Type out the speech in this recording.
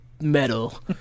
metal